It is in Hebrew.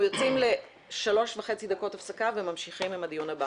אנחנו יוצאים לשלוש וחצי דקות הפסקה וממשיכים עם הדיון הבא.